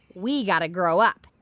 we got to grow up,